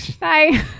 bye